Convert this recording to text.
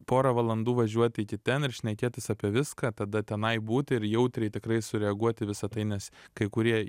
porą valandų važiuoti iki ten ir šnekėtis apie viską tada tenai būti ir jautriai tikrai sureaguot į visa tai nes kai kurie